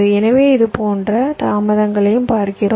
எனவே இது போன்ற தாமதங்களையும் பார்க்கிறோம்